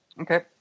Okay